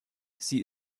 sie